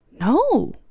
No